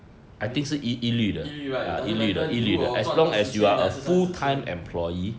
e~ 一缕 right it doesn't matter 你如果赚二十千的还是三十千